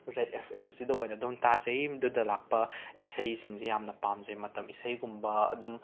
red F ꯑꯦꯝꯁꯤꯗ ꯑꯣꯏꯅ ꯑꯗꯨꯝ ꯇꯥꯖꯩ ꯑꯗꯨꯗ ꯂꯥꯛꯄ ꯏꯁꯩꯁꯤꯡꯁꯦ ꯌꯥꯝꯅ ꯄꯥꯝꯖꯩ ꯃꯇꯝ ꯏꯁꯩꯒꯨꯝꯕ ꯑꯗꯨꯝ